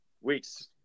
weeks